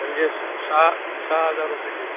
म्हणजे सहा सहा हजार रुपयेची